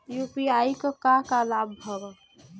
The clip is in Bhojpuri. यू.पी.आई क का का लाभ हव?